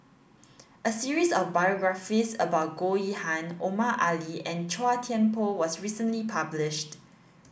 a series of biographies about Goh Yihan Omar Ali and Chua Thian Poh was recently published